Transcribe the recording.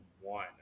one